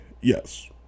Yes